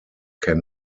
can